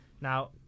Now